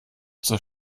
zur